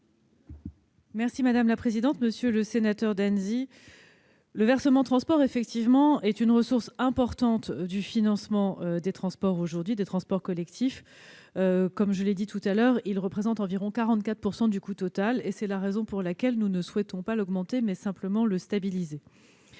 est à Mme la secrétaire d'État. Monsieur le sénateur Danesi, le versement transport, effectivement, est aujourd'hui une ressource importante du financement des transports collectifs. Comme je l'ai dit plus tôt, il représente environ 44 % du coût total. C'est la raison pour laquelle nous ne souhaitons pas l'augmenter, mais simplement le stabiliser.